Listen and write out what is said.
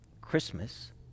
Christmas